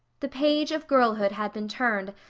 the page of girlhood had been turned,